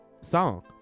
song